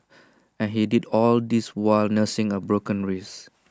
and he did all of this while nursing A broken wrist